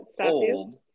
old